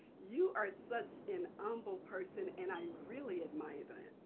you are such an humble person, and i really admire that.